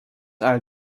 are